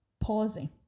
pausing